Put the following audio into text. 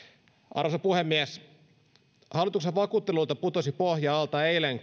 arvoisa puhemies hallituksen vakuutteluilta putosi pohja alta eilen